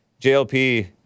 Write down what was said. JLP